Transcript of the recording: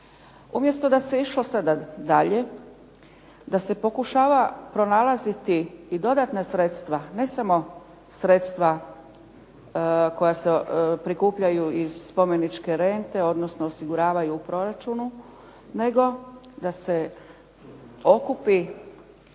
Umjesto da se išlo sada dalje, da se pokušava pronalaziti i dodatna sredstva, ne samo sredstva koja se prikupljaju iz spomeničke rente, odnosno osiguravaju u proračunu, nego da se okupi